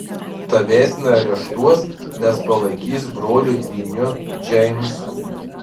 tavęs neareštuos nes palaikys broliu dvyniu džeimsu